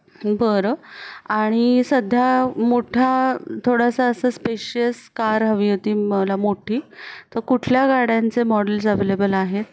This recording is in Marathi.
बरं आणि सध्या मोठा थोडासा असं स्पेशियस कार हवी होती मला मोठी तर कुठल्या गाड्यांचे मॉडेल्स अव्हेलेबल आहेत